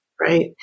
Right